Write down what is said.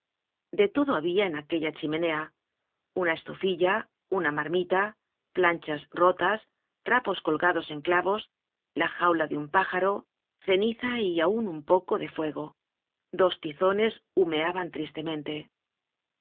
de todo habia en aquella chimenea una estufilla una marmita planchas rotas trapos colgados en clavos la jaula de un pájaro ceniza y aun un poco de fuego dos tizones humeaban tristemente